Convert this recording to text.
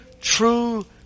true